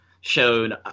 shown